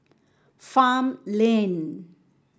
farmland